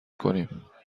کنیم